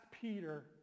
Peter